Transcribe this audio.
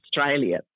Australia